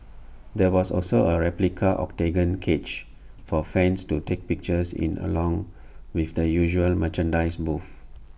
there was also A replica Octagon cage for fans to take pictures in along with the usual merchandise booths